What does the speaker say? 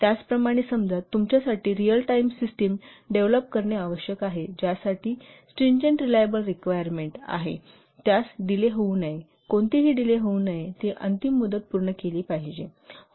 त्याचप्रमाणे समजा तुमच्यासाठी रिअल टाईम सिस्टिम डेव्हलोप करणे आवश्यक आहे ज्यासाठी स्ट्रिंजेंट रिलायबल रिक्वायरमेंट आहे त्यास डिले होऊ नये कोणतीही डिले होऊ नये ती अंतिम मुदत पूर्ण केली पाहिजे